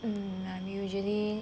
hmm I'm usually